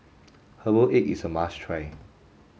herbal egg is a must try